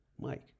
Mike